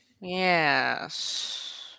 yes